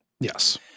Yes